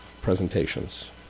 presentations